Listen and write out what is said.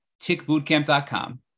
tickbootcamp.com